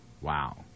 Wow